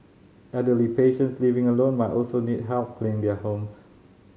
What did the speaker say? elderly patients living alone might also need help cleaning their homes